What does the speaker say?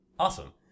Awesome